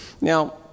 Now